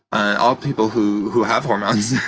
and all people who who have hormones.